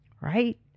right